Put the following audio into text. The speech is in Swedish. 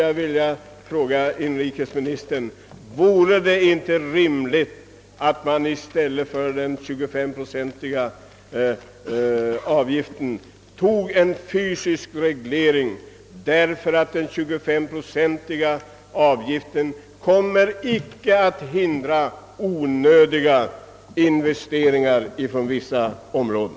Jag frågar inrikesministern: Vore det inte rimligt att i stället för den 25-procentiga investeringsavgiften införa en fysisk reglering? Den 25-procentiga avgiften kommer inte att hindra onödiga investeringar på vissa områden.